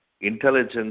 intelligence